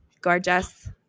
Gorgeous